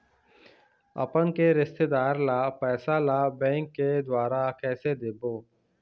अपन के रिश्तेदार ला पैसा ला बैंक के द्वारा कैसे देबो?